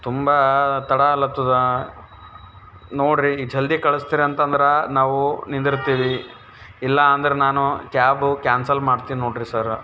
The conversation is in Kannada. ತುಂಬ ತಡ ಆಗ್ಲತ್ತದ ನೋಡಿರಿ ಜಲ್ದಿ ಕಳಿಸ್ತೀರ ಅಂತಂದ್ರೆ ನಾವು ನಿಂದ್ರತ್ತೀವಿ ಇಲ್ಲ ಅಂದ್ರೆ ನಾನು ಕ್ಯಾಬು ಕ್ಯಾನ್ಸಲ್ ಮಾಡ್ತೀನಿ ನೋಡಿರಿ ಸರ್